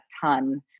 ton